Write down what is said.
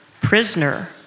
prisoner